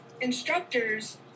instructors